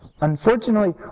Unfortunately